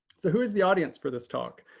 so who is the audience for this talk?